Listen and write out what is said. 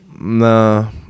Nah